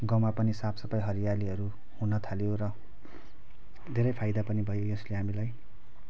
गाउँमा पनि साफसफाई हरियालीहरू हुनथाल्यो र धेरै फायदा पनि भयो यसले हामीलाई